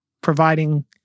providing